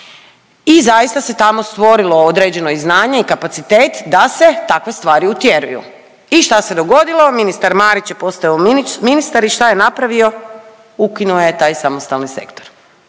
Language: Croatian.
i zaista se tamo stvorilo određeno i znanje i kapacitet da se takve stvari utjeruju. I šta se dogodilo? Ministar Marić je postao ministar i šta je napravio? Ukinuo je taj samostalni sektor.